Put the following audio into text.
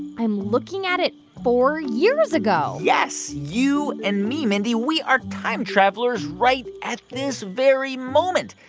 i'm looking at it four years ago yes. you and me, mindy we are time travelers right at this very moment.